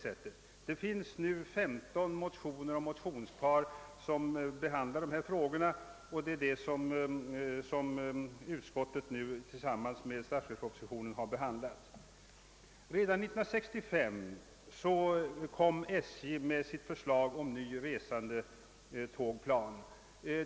I själva verket har det avgivits 15 motioner och motionspar beträffande trafikpolitiken, vilka utskottet har behandlat i samband med statens järnvägars anslagsbehov. Redan 1965 presenterade SJ sitt förslag om ny resandetågplan.'